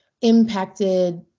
impacted